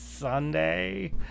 Sunday